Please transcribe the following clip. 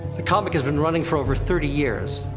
the comic has been running for over thirty years,